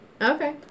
Okay